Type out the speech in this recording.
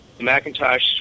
Macintosh